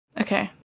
Okay